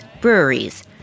breweries